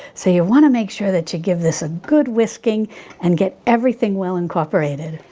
so you want to make sure that you give this a good whisking and get everything well incorporated.